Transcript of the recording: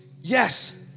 Yes